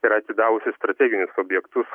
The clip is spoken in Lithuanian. yra atidavusi strateginius objektus